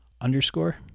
underscore